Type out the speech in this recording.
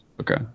Okay